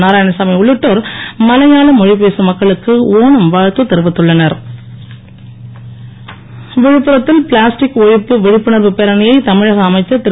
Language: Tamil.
நாராயணசாமி உள்ளிட்டோர் மலையாள மொழி பேசும் மக்களுக்கு ஒணம் வாழ்த்து தெரிவித்துள்ளன ர் விழுப்புரத்தில் பிளாஸ்டிக் ஒழிப்பு விழிப்புணர்வு பேரணியை தமிழக அமைச்சர் திரு